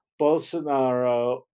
Bolsonaro